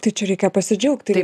tai čia reikia pasidžiaugti